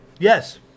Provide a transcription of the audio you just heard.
yes